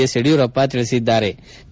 S Yediyurappa ಹೇಳದ್ದಾರೆ